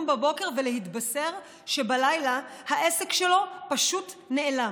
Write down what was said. בבוקר ולהתבשר שבלילה העסק שלו פשוט נעלם,